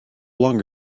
longer